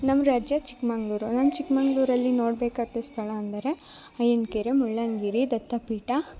ನಮ್ಮ ರಾಜ್ಯ ಚಿಕ್ಕಮಂಗ್ಳೂರು ನನ್ನ ಚಿಕ್ಕಮಂಗ್ಳೂರಲ್ಲಿ ನೋಡಬೇಕಾದ ಸ್ಥಳ ಅಂದರೆ ಅಯ್ಯನ್ ಕೆರೆ ಮುಳ್ಳಯನ ಗಿರಿ ದತ್ತಪೀಠ